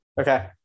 Okay